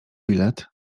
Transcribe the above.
bilet